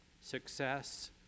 success